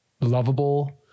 lovable